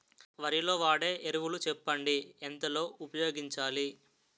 వరిలో వాడే ఎరువులు చెప్పండి? ఎంత లో ఉపయోగించాలీ?